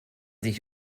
sich